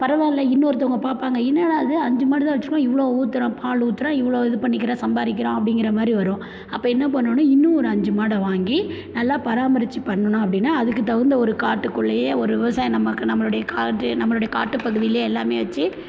பரவாயில்ல இன்னொருத்தங்க பார்ப்பாங்க என்னடா இது அஞ்சு மாடு தான் வச்சுருக்கான் இவ்வளோ ஊற்றுறான் பால் ஊற்றுறான் இவ்வளோ இது பண்ணிக்கிறான் சம்பாதிக்கிறான் அப்படிங்குற மாதிரி வரும் அப்போ என்ன பண்ணணும் இன்னும் ஒரு அஞ்சு மாடை வாங்கி நல்லா பராமரித்து பண்ணுனோம் அப்படினா அதுக்குத் தகுந்த ஒரு காட்டுக்குள்ளேயே ஒரு விவசாயம் நமக்கு நம்மளுடைய காடு நம்மளுடைய காட்டுப் பகுதிலேயே எல்லாமே வச்சு